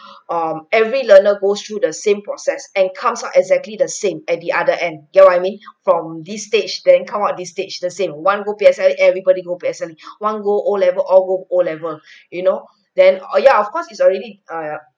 um every learner goes through the same process and comes out exactly the same at the other end get what I mean from this stage then come out this stage the same one go P_S_L_E everybody go P_S_L_E one go O level all go O level you know then oh yeah of course it's already ah